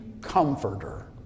comforter